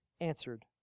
answered